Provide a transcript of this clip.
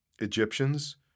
Egyptians